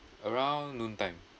around noon time